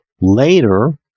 later